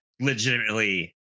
legitimately